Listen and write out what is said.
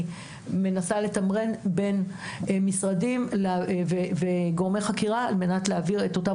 אני מנסה לתמרן בין משרדים וגורמי חקירה על מנת להעביר את אותם